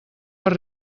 per